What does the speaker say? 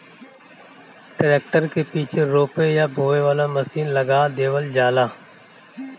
tractor के पीछे रोपे या बोवे वाला मशीन लगा देवल जाला